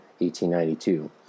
1892